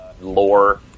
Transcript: lore